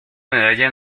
medalla